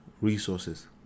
resources